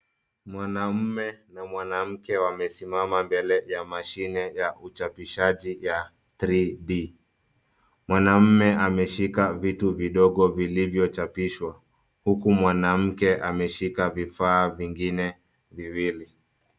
Mwanamume na mwanamke wamesimama mbele ya mashine ya uchapishaji ya 3D. Mwanamume ameshika vitu vidogo vilivyochapishwa huku mwanamke ameshika vifaa vingine viwili.